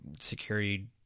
security